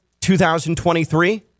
2023